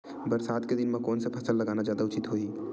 बरसात के दिन म कोन से फसल लगाना जादा उचित होही?